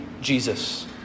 Jesus